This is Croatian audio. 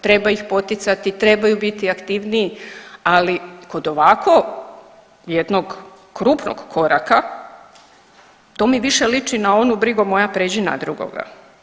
Treba ih poticati, trebaju biti aktivniji ali kod ovako jednog krupnog koraka to mi više liči na onu „brigo moja pređi na drugoga“